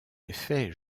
effet